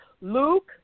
Luke